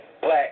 black